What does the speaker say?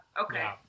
Okay